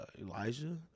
Elijah